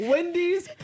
Wendy's